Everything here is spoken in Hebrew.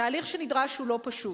התהליך שנדרש הוא לא פשוט.